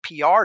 PR